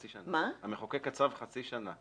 המחוקק קצב חצי שנה.